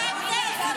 זה פשוט לא נכון.